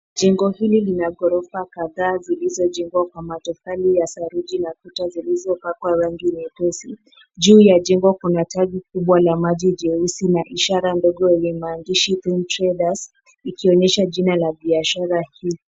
Jengo hili lina ghorofa kadhaa zilizojengwa kwa matofali ya saruji na kuta zilizopakwa rangi nyepesi. Juu ya jengo kuna tanki kubwa la maji jeusi na ishara ndogo yenye maandishi ikionyesha Tum Traders jina la biashara hii.